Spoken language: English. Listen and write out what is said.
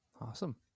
awesome